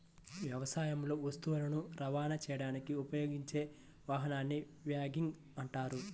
వ్యవసాయంలో వస్తువులను రవాణా చేయడానికి ఉపయోగించే వాహనాన్ని వ్యాగన్ అంటారు